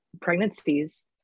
pregnancies